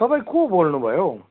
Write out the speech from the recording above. तपाईँ को बोल्नुभयो